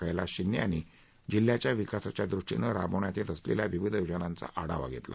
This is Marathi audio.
कैलास शिंदे यांनी जिल्ह्याच्या विकासाच्या दृष्टीनं राबवण्यात येत असलेल्या विविध योजनांचा आढावा घेतला